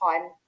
time